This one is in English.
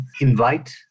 invite